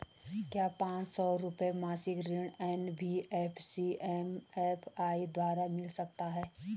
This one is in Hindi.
क्या पांच सौ रुपए मासिक ऋण एन.बी.एफ.सी एम.एफ.आई द्वारा मिल सकता है?